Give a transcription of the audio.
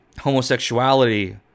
homosexuality